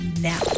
now